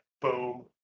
boom